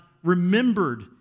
remembered